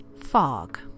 fog